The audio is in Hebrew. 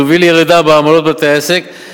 תוביל לירידה בעמלות בתי-העסק,